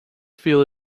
feel